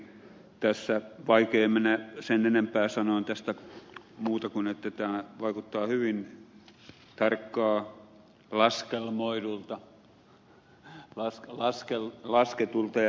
tässä on vaikea mennä sen enempää sanomaan tästä muuta kuin sitä että tämä vaikuttaa hyvin tarkkaan laskelmoidulta lasketulta jnp